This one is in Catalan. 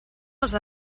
els